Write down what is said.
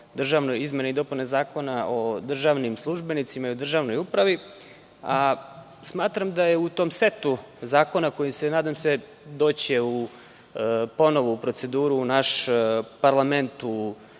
o izmeni i dopuni Zakona o državnim službenicima i o državnoj upravi. Smatram da će u tom setu zakona koji će, nadam se, doći ponovo u proceduru u naš parlament